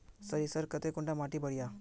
सरीसर केते कुंडा माटी बढ़िया?